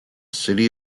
city